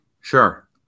Sure